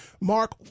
Mark